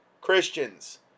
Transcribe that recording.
Christians